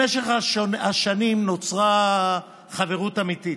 במשך השנים נוצרה חברות אמיתית.